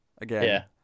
Again